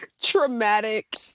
traumatic